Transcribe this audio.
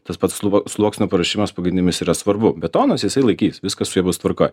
tas pats sluoksnio paruošimas po grindimis yra svarbu betonas jisai laikys viskas su juo bus tvarkoj